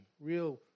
Real